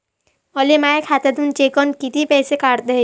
मले माया खात्यातून चेकनं कितीक पैसे काढता येईन?